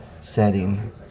setting